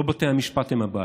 לא בתי המשפט הם הבעיה.